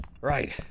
right